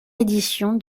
édition